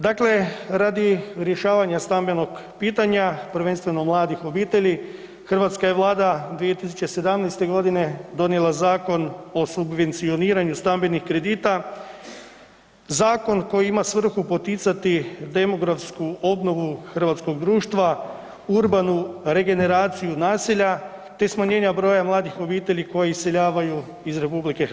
Dakle, radi rješavanja stambenog pitanja, prvenstveno mladih obitelji, hrvatska je Vlada 2017. godine donijela Zakon o subvencioniranju stambenih kredita, zakon koji ima svrhu poticati demografsku obnovu hrvatskog društva, urbanu regeneraciju naselja te smanjenja broja mladih obitelji koji iseljavaju iz RH.